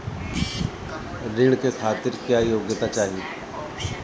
ऋण के खातिर क्या योग्यता चाहीं?